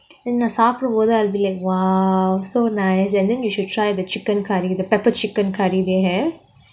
and நான் சாப்பிட மோது:naan saapida mothu I'll be like !wow! so nice and then you should try the chicken curry the pepper chicken curry they have